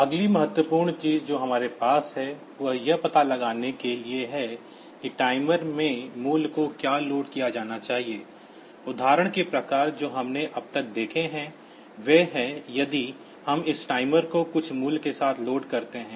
अगली महत्वपूर्ण चीज जो हमारे पास है वह यह पता लगाना है कि टाइमर में मूल्य को क्या लोड किया जाना चाहिए उदाहरण के प्रकार जो हमने अब तक देखे हैं वे हैं यदि हम इस टाइमर को कुछ मूल्य के साथ लोड करते हैं